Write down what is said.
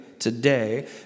Today